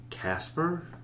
Casper